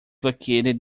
located